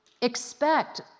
Expect